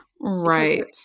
Right